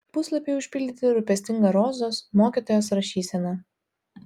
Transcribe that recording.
puslapiai užpildyti rūpestinga rozos mokytojos rašysena